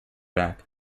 back